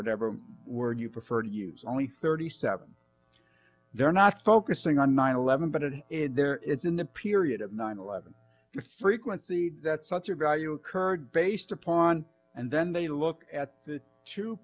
whatever word you prefer to use only thirty seven they're not focusing on nine eleven but it is there is in the period of nine eleven if frequency that such a value occurred based upon and then they look at the t